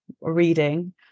reading